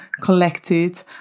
collected